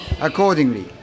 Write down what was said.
accordingly